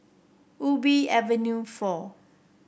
Ubi Avenue four